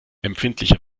empfindliche